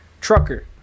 trucker